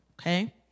Okay